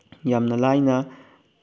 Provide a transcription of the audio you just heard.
ꯌꯥꯝꯅ ꯂꯥꯏꯅ